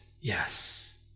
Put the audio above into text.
yes